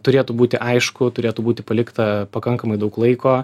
turėtų būti aišku turėtų būti palikta pakankamai daug laiko